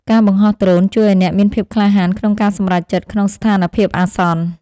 ការបង្ហោះដ្រូនជួយឱ្យអ្នកមានភាពក្លាហានក្នុងការសម្រេចចិត្តក្នុងស្ថានភាពអាសន្ន។